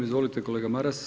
Izvolite kolega Maras.